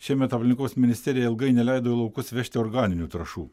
šiemet aplinkos ministerija ilgai neleido į laukus vežti organinių trąšų